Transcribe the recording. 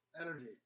Energy